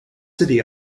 city